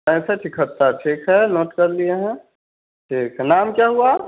पैंसठ इकहत्तर ठीक है नोट कर लिया है ठीक है नाम क्या हुआ